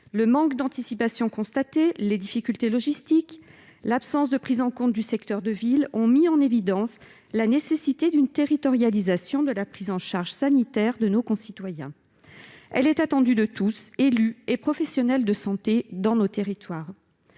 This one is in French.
Le manque d'anticipation constaté, les difficultés logistiques, l'absence de prise en compte du secteur de ville, ont mis en évidence la nécessité d'une territorialisation de la prise en charge sanitaire de nos concitoyens. Cette territorialisation est attendue de tous- élus et professionnels de santé -dans nos territoires.